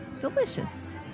delicious